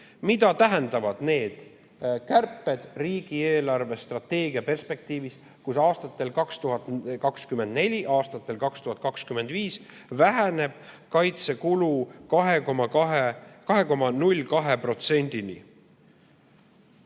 Mida tähendavad need kärped riigi eelarvestrateegia perspektiivis, kus aastatel 2024–2025 väheneb kaitsekulu 2,02%-ni?